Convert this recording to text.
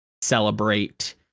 celebrate